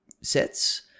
sets